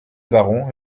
baron